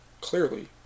Clearly